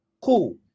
cool